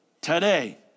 today